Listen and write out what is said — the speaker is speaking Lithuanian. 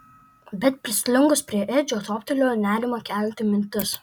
bet prislinkus prie edžio toptelėjo nerimą kelianti mintis